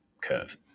curve